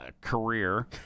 career